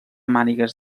mànigues